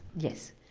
yes.